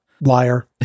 liar